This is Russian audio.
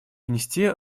внести